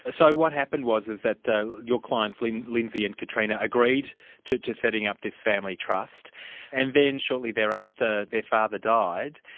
ah so what happened was is that your clients, like lindsay and katrina, agreed to to setting up this family trust and then shortly thereafter their father died,